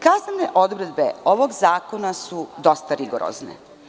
Kaznene odredbe ovog zakona su dosta rigorozne.